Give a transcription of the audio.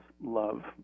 love